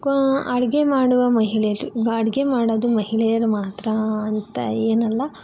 ಅಡುಗೆ ಮಾಡುವ ಮಹಿಳೆಯರು ಈಗ ಅಡುಗೆ ಮಾಡೋದು ಮಹಿಳೆಯರು ಮಾತ್ರ ಅಂತ ಏನಲ್ಲ